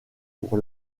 pour